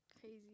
Crazy